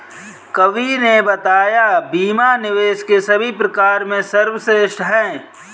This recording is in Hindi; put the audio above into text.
कवि ने बताया बीमा निवेश के सभी प्रकार में सर्वश्रेष्ठ है